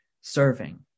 serving